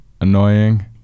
annoying